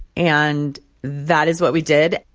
and that is what we did.